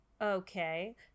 okay